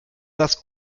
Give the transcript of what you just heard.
das